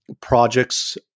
projects